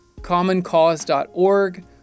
commoncause.org